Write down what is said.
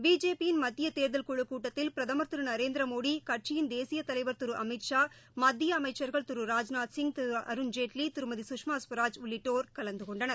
BJP யின் மத்திய தேர்தல் குழுக் கூட்டத்தில் பிரதமர் திரு நரேந்திரமோடி கட்சியின் தேசிய தலைவா் திரு அமித்ஷா மத்திய அமைச்சா்கள் திரு ராஜ்நாத்சிங் திரு அருண்ஜேட்வி திருமதி கஷ்மா ஸ்வராஜ் உள்ளிட்டோர் கலந்து கொண்டனர்